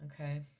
Okay